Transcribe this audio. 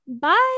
Bye